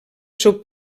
seu